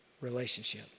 relationship